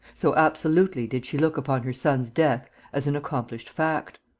so absolutely did she look upon her son's death as an accomplished fact.